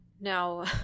Now